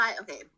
okay